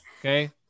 okay